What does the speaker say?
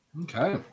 Okay